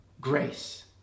grace